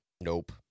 Nope